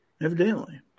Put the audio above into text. Evidently